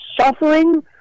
suffering